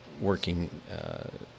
working